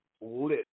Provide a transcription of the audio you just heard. lit